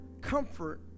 comfort